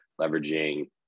leveraging